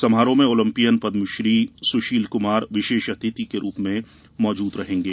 समारोह में ओलम्पियन पद्मश्री सुशील कुमार विशेष अतिथि के रूप में उपस्थित रहेगें